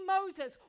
Moses